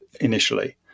initially